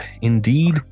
Indeed